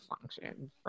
function